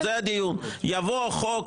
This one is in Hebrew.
יבוא החוק,